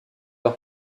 leur